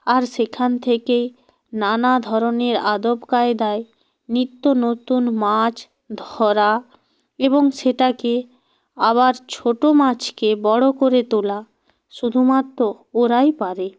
আর সেখান থেকেই নানা ধরনের আদব কায়দায় নিত্য নতুন মাছ ধরা এবং সেটাকে আবার ছোটো মাছকে বড়ো করে তোলা শুধুমাত্র ওরাই পারে